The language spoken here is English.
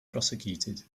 prosecuted